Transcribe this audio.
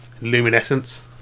luminescence